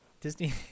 Disney